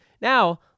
Now